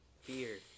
fear